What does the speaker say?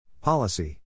Policy